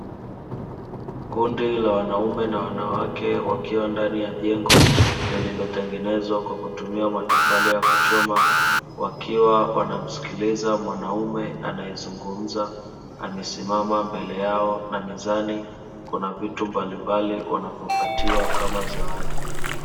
Kundi la wanaume na wanawake wakiwa ndani ya jengo lililo tengenezwa kwa kutumia matofali ya kuchoma, wakiwa wanamsikiliza mwanaume anayezungumza amesimama mbele yao na mizani kuna vitu mbalimbali wanavyopatiwa kama zawadi.